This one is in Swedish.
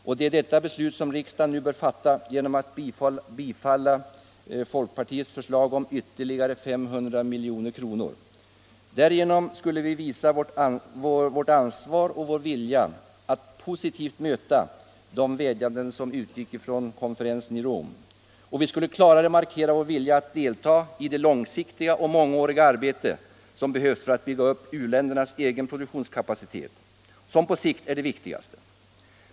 Och det är detta beslut riksdagen nu bör fatta genom att bifalla folkpartiets förslag om ytterligare 500 miljoner kronor. Därigenom skulle vi visa vårt ansvar och vår vilja att positivt möta de vädjanden som utgick från konferensen i Rom. Vi skulle klarare markera vår vilja att delta i det långsiktiga och mångåriga arbete som behövs för att bygga upp u-ländernas egen produktionskapacitet, som på sikt är det viktigaste.